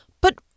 But